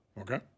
Okay